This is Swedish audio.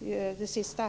I det senaste